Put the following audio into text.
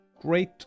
great